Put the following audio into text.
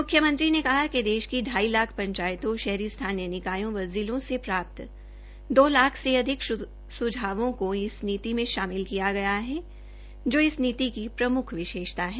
मुख्यमंत्री ने कहा कि देश की ढाई लाख पंचायतों शहरी स्थानीय निकायों व जिलों से प्राप्त दो लाख से अधिक सुझावों को इस नीति में शामिल किया गया है जो इस नीति की प्रमुख विशेषता है